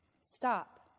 Stop